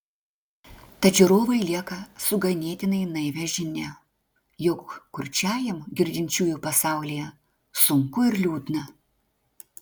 tad žiūrovai lieka su ganėtinai naivia žinia jog kurčiajam girdinčiųjų pasaulyje sunku ir liūdna